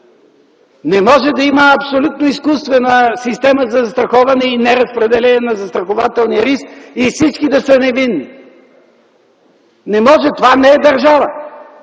Не може да има абсолютно изкуствена система за застраховане и неразпределение на застрахователния риск и всички да са невинни! Не може, това не е държава!